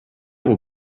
will